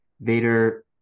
Vader